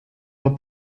del